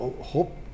hope